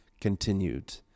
continued